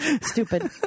stupid